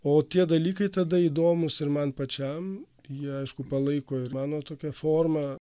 o tie dalykai tada įdomūs ir man pačiam jie aišku palaiko ir mano tokią formą